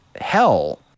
hell